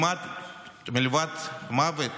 לבד ממוות,